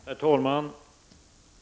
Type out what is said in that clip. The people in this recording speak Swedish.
Herr talman!